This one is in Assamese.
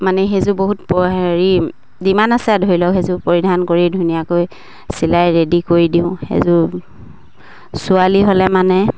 মানে সেইযোৰ বহুত হেৰি ডিমাণ্ড আছে ধৰি লওক সেইযোৰ পৰিধান কৰি ধুনীয়াকৈ চিলাই ৰেডি কৰি দিওঁ সেইযোৰ ছোৱালী হ'লে মানে